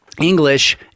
English